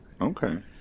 Okay